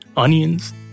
Onions